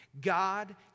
God